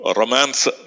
romance